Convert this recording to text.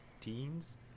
teens